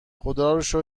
خداروشکر